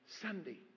Sunday